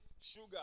sugar